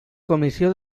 comissió